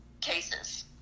cases